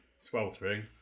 sweltering